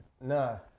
No